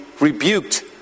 rebuked